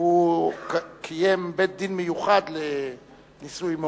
קיים בית-דין מיוחד לנישואים מעורבים.